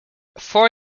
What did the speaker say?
four